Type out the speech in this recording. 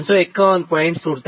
અને power factor 0